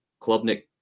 Klubnik